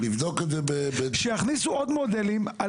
שיכניסו עוד מודלים,